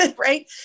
Right